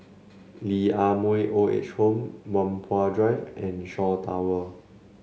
Lee Ah Mooi Old Age Home Whampoa Drive and Shaw Tower